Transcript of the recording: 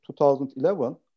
2011